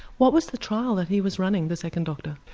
what was the trial that he was running the second doctor?